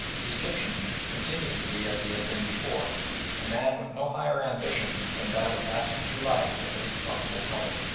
the egyptian continued to be as he had been before a man with no higher ambition than that of passing through life with the least possible trouble.